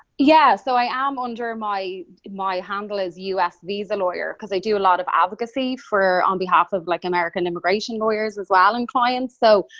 yeah. so i am under my my handle is usvisalawyer because i do a lot of advocacy for, on behalf of like american immigration lawyers as well and clients. so,